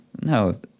no